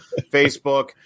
Facebook